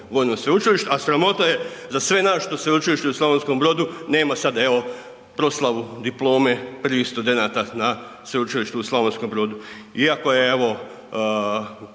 vojno sveučilište, a sramota je za sve nas što Sveučilište u Slavonskom Brodu nema sad evo proslavu diplome prvih studenata na Sveučilištu u Slavonskom Brodu iako je evo